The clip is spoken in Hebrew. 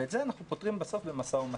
ואת זה אנחנו פותרים בסוף במשא-ומתן.